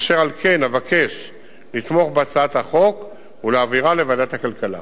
אשר על כן אבקש לתמוך בהצעת החוק ולהעבירה לוועדת הכלכלה.